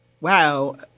Wow